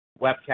Webcast